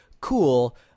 cool